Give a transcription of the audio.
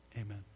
Amen